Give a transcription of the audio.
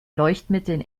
leuchtmitteln